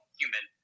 human